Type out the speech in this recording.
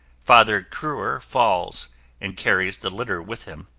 father kruer falls and carries the litter with him.